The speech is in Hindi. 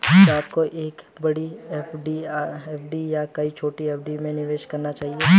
क्या आपको एक बड़ी एफ.डी या कई छोटी एफ.डी में निवेश करना चाहिए?